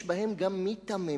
יש בהם גם מיתממים,